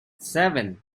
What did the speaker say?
seven